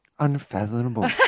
unfathomable